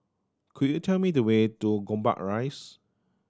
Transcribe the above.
could you tell me the way to Gombak Rise